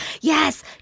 Yes